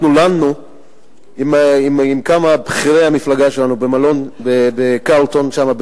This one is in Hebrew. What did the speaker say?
לנו עם כמה מבכירי המפלגה שלנו במלון "קרלטון" שם,